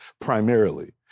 primarily